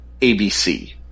ABC